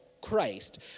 Christ